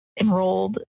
enrolled